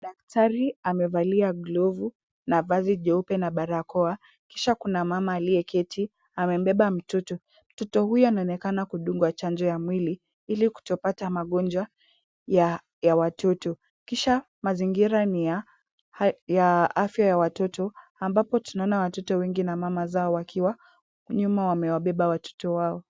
Daktari amevalia glovu na vazi jeupe na barakoa. Kisha kuna mama aliyeketi amembeba mtoto . Mtoto huyo anaonekana kudungwa chanjo ya mwili ilikutopatwa magonjwa ya watoto. Kisha mazingira ni ya afya ya watoto ambapo tunaona watoto wengi na mama zao wakiwa nyuma wamebeba watoto wao.